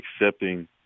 accepting